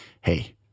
hey